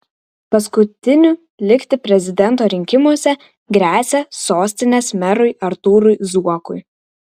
paskutiniu likti prezidento rinkimuose gresia sostinės merui artūrui zuokui